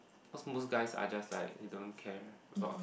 cause most guys are just like you don't care a lot